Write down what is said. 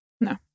no